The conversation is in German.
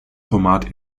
format